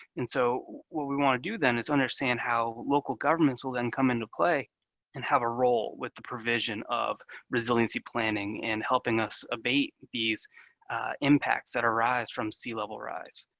and so what we want to do then is understand how local governments will then come into play and have a role with the provision of resiliency planning and helping us abate these impacts that arise from sea level rise.